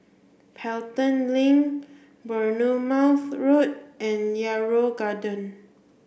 Pelton Link Bournemouth Road and Yarrow Garden